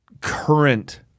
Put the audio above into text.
current